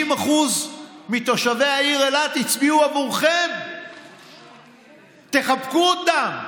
50% מתושבי העיר אילת הצביעו עבורכם, תחבקו אותם.